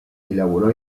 elaboró